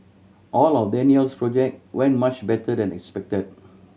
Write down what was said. all of Daniel's project went much better than expected